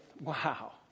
Wow